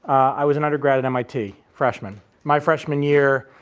i was an undergrad at mit, freshman. my freshman year,